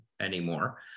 anymore